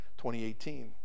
2018